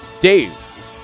Dave